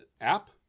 app